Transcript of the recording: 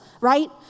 right